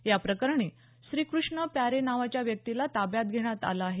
या प्रकरणी श्रीकृष्ण प्यारे नावाच्या व्यक्तीला ताब्यात घेण्यात आलं आहे